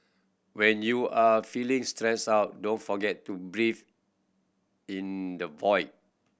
when you are feeling stressed out don't forget to breathe in the void